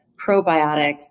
probiotics